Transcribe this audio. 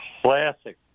classic